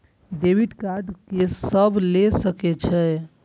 Debit card के सब ले सके छै?